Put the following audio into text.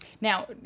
Now